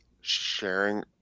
sharing